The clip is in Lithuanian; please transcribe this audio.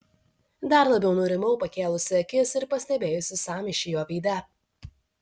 dar labiau nurimau pakėlusi akis ir pastebėjusi sąmyšį jo veide